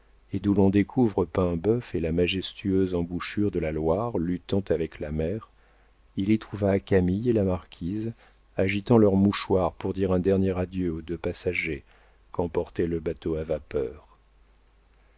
et d'où l'on découvre paimbœuf et la majestueuse embouchure de la loire luttant avec la mer il y trouva camille et la marquise agitant leurs mouchoirs pour dire un dernier adieu aux deux passagers qu'emportait le bateau à vapeur